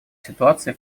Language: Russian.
ситуаций